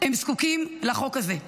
הם זקוקים לחוק הזה.